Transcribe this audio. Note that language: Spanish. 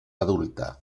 adulta